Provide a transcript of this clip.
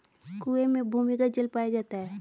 कुएं में भूमिगत जल पाया जाता है